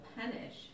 punish